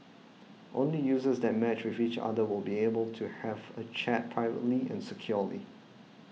only users that matched with each other will be able to have a chat privately and securely